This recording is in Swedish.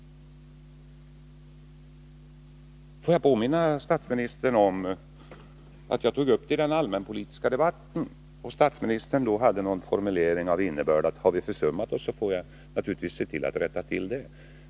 Får jag påminna statsministern om att jag tog upp frågan i den allmänpolitiska debatten. Statsministern hade då någon formulering av innebörden, att har vi försummat oss får vi naturligtvis se till att rätta till det.